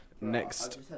next